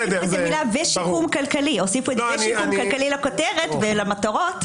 ושיקום כלכלי את זה הוסיפו לכותרת ולמטרות,